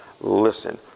listen